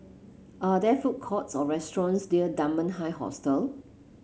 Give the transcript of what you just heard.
are there food courts or restaurants near Dunman High Hostel